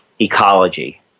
ecology